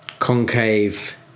concave